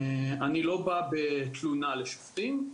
אני לא בא בתלונה לשופטים,